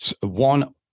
One